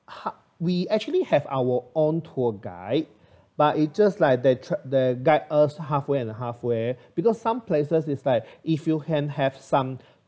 we actually have our own tour guide but it just like they tra~ they guide us halfway and halfway because some places is that if you can have some